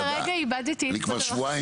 לא, לא, לרגע איבדתי את חוט המחשבה.